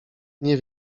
nie